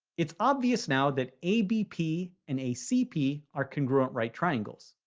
it's obvious now that abp and acp are congruent right triangles.